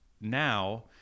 now